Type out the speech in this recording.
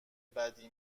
بدی